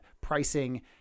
pricing